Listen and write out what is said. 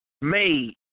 made